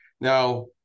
now